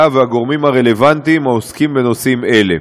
והגורמים הרלוונטיים העוסקים בנושאים אלה.